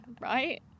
right